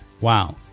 Wow